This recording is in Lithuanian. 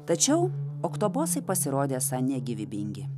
tačiau oktobosai pasirodė esą negyvybingi